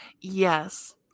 Yes